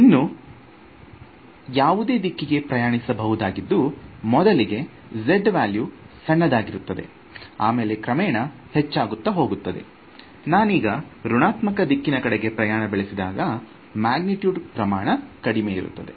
ಇದು ಯಾವುದೇ ದಿಕ್ಕಿನಲ್ಲಿ ಪ್ರಯಾಣಿಸಬಹುದಾಗಿದೆ ಮೊದಲಿಗೆ z ವ್ಯಾಲ್ಯೂ ಸಣ್ಣಗಿರುತ್ತದೆ ಆಮೇಲೆ ಕ್ರಮೇಣ ಹೆಚ್ಚಾಗುತ್ತಾ ಹೋಗುತ್ತದೆ ನಾನೀಗ ಋಣಾತ್ಮಕ ದಿಕ್ಕಿನ ಕಡೆಗೆ ಪ್ರಯಾಣ ಬೆಳೆಸಿದಾಗ ಮ್ಯಾಗ್ನಿಟ್ಯೂಡ್ ಪ್ರಮಾಣ ಕಡಿಮೆ ಇರುತ್ತದೆ